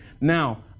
Now